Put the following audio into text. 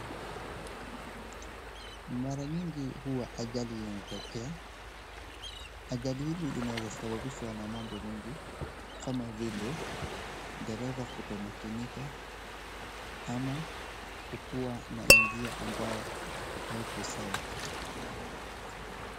Mara nyingi huwa ajali inatokea. Ajali hizi zinaweza sababishwa na mambo mengi kama vile dereva kutomakinika ama kukuwa na njia ambayo haiko sawa.